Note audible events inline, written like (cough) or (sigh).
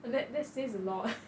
well that that says a lot (laughs)